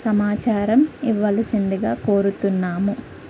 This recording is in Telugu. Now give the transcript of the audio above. సమాచారం ఇవ్వవలసిందిగా కోరుతున్నాము